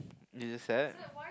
is it sad